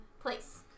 place